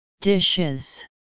dishes